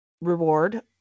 reward